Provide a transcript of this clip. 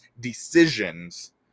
decisions